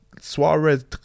Suarez